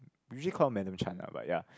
usually call her Madam Chan lah but ya